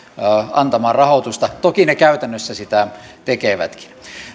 antamaan rahoitusta toki ne käytännössä sitä tekevätkin